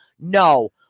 no